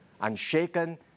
unshaken